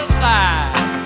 side